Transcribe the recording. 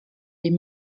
les